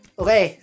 okay